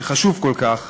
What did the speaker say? שחשוב כל כך